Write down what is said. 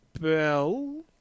Bell